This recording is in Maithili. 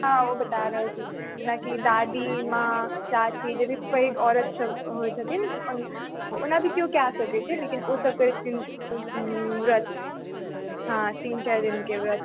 हँ ओ बता रहल छी जेनाकि दादीमाँ चाची जे भी पैघ औरत सब छथिन ओना तऽ केओ कए सकै छै लेकिन ओ सब करै छथिन व्रत हँ तीन चारि दिनकेँ व्रत